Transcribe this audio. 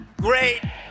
great